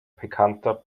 bekannter